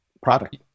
product